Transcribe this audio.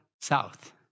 south